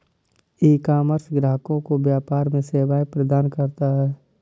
ecommerce ग्राहकों को व्यापार में सेवाएं प्रदान करता है